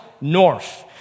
North